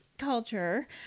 culture